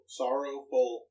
sorrowful